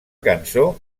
cançó